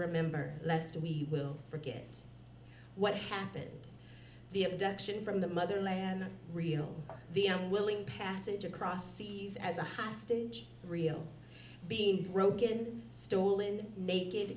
remember lest we will forget what happened the abduction from the motherland real the unwilling passage across seas as a hostage real being broken stolen naked